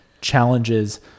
challenges